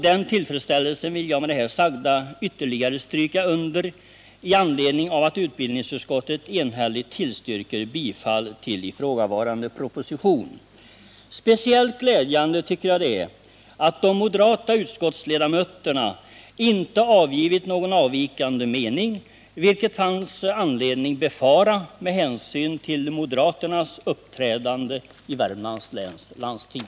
Den tillfredsställelsen vill jag med det här sagda ytterligare stryka under med anledning av att utbildningsutskottet enhälligt tillstyrker bifall till ifrågavarande proposition. Speciellt glädjande är det att de moderata utskottsledamöterna inte avgivit någon avvikande mening, vilket det fanns anledning befara med tanke på moderaternas uppträdande i Värmlands läns landsting.